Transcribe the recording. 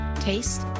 taste